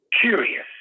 curious